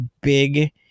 big